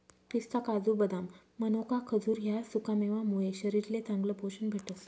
पिस्ता, काजू, बदाम, मनोका, खजूर ह्या सुकामेवा मुये शरीरले चांगलं पोशन भेटस